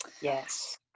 yes